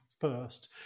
first